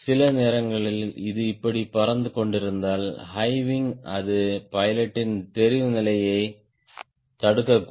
சில நேரங்களில் இது இப்படி பறந்து கொண்டிருந்தால் ஹை விங் அது பைலட்டின் தெரிவுநிலையைத் தடுக்கக்கூடும்